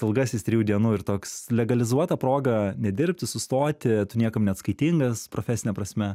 ilgasis trijų dienų ir toks legalizuota proga nedirbti sustoti tu niekam neatskaitingas profesine prasme